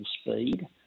speed